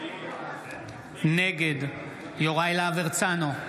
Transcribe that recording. נגד יוראי להב הרצנו,